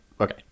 okay